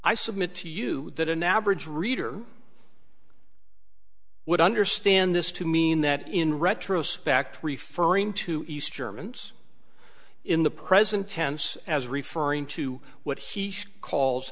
i submit to you that an average reader would understand this to mean that in retrospect referring to east germans in the present tense as referring to what he calls